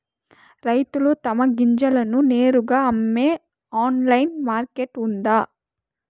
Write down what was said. రైతులు తమ గింజలను నేరుగా అమ్మే ఆన్లైన్ మార్కెట్ ఉందా?